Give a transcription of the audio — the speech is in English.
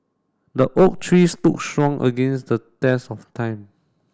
the oak tree stood strong against the test of time